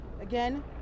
Again